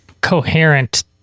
coherent